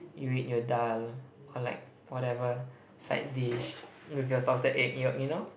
you eat your dhal or like whatever side dish with your salted egg yolk you know